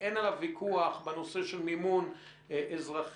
אין עליו ויכוח בנושא של מימון אזרחים,